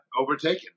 overtaken